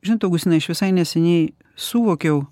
žinot augustinai aš visai neseniai suvokiau